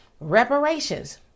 reparations